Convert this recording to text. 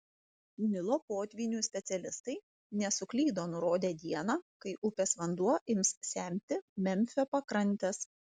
nilo potvynių specialistai nesuklydo nurodę dieną kai upės vanduo ims semti memfio pakrantes